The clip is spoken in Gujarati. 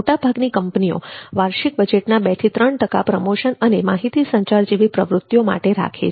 મોટાભાગની કંપનીઓ વાર્ષિક બજેટ ના બે થી ત્રણ ટકા પ્રમોશન અને માહિતી સંચાર જેવી પ્રવૃત્તિઓ માટે રાખે છે